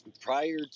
Prior